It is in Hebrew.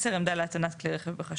10. עמדה להטענת כלי רכב בחשמל.